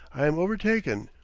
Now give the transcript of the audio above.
i am overtaken,